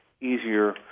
easier